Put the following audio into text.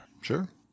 Sure